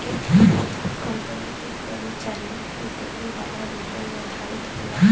company में कर्मचारियन के देवे वाला वेतन निर्धारित होला